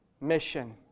mission